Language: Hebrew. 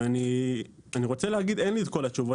אני רוצה להגיד שאין לי את כל התשובות,